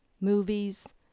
movies